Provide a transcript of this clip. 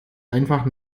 einfach